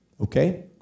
Okay